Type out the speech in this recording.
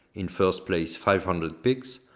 in first place five hundred px,